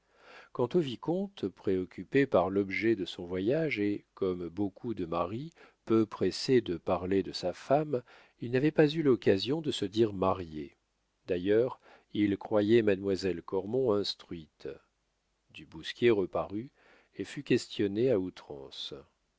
quant au vicomte préoccupé par l'objet de son voyage et comme beaucoup de maris peu pressé de parler de sa femme il n'avait pas eu l'occasion de se dire marié d'ailleurs il croyait mademoiselle cormon instruite du bousquier reparut et fut questionné à outrance